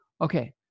Okay